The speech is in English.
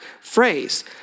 phrase